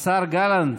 השר גנץ,